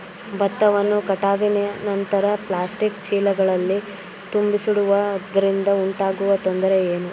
ಭತ್ತವನ್ನು ಕಟಾವಿನ ನಂತರ ಪ್ಲಾಸ್ಟಿಕ್ ಚೀಲಗಳಲ್ಲಿ ತುಂಬಿಸಿಡುವುದರಿಂದ ಉಂಟಾಗುವ ತೊಂದರೆ ಏನು?